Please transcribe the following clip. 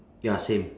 ya same